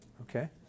Okay